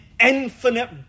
infinite